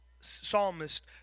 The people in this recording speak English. psalmist